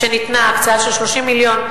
הקצאה של 30 מיליון,